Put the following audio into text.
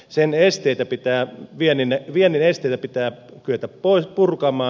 viennin esteitä pitää kyetä purkamaan